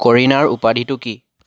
কৰীণাৰ উপাধিটো কি